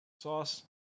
sauce